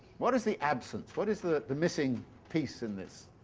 what is the absence? what is the the missing piece in this,